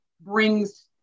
brings